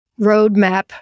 roadmap